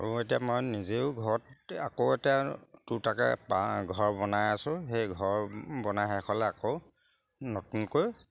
আৰু এতিয়া মই নিজেও ঘৰত আকৌ এতিয়া দুটাকৈ বাঁহ ঘৰ বনাই আছোঁ সেই ঘৰ বনাই শেষ হ'লে আকৌ নতুনকৈ